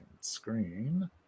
screen